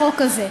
לחוק הזה.